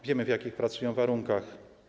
Wiemy, w jakich pracują warunkach.